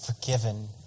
forgiven